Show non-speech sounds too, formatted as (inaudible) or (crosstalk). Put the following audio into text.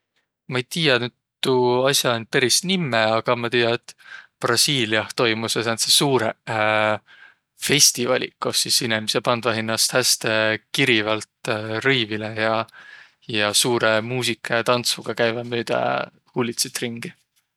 Ma ei tiiäq tuu as'a nüüd peris nimme, a ma tiiä, et Braliiliah toimusõq sääntseq suurõq (hesitation) festivaliq, koh sis inemiseq pandvaq hinnäst häste kirivält rõivilõ ja suurõ muusiga ja tandsuga käüväq müüdä huulitsit ringi.